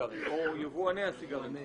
טוענים יבואני הסיגרים.